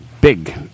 big